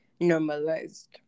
normalized